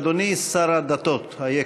אדוני שר הדתות, אייכה?